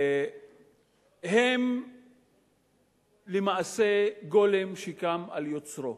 הם למעשה גולם שקם על יוצרו,